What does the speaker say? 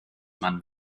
man